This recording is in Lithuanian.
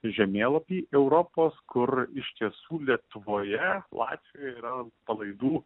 žemėlapy europos kur iš tiesų lietuvoje latvijoje yra palaidų